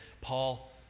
Paul